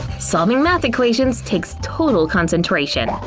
solving math equations takes total concentration.